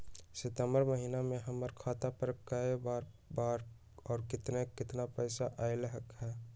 सितम्बर महीना में हमर खाता पर कय बार बार और केतना केतना पैसा अयलक ह?